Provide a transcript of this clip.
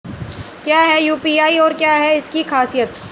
क्या है यू.पी.आई और क्या है इसकी खासियत?